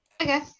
Okay